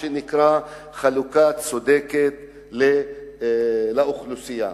חלוקה צודקת לאוכלוסייה,